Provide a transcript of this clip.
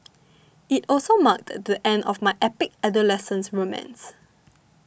it also marked the end of my epic adolescent romance